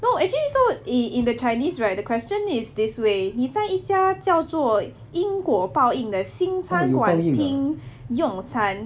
no actually some in in the chinese right the question is this way 你在一家叫做因果报应的新餐馆厅用餐